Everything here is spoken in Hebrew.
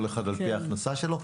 כל אחד על פי ההכנסה שלו.